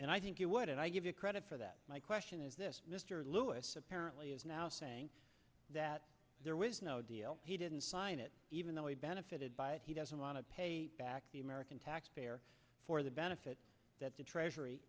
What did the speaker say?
and i think you would i give you credit for that my question is this mr lewis apparently is now saying that there was no deal he didn't sign it even though he benefited by it he doesn't want to pay back the american taxpayer for the benefit that the treasury